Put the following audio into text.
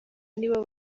nibo